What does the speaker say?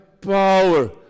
power